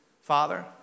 Father